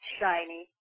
shiny